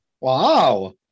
Wow